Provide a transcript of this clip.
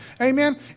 Amen